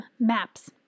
MAPS